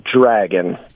dragon